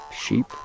sheep